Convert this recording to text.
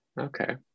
Okay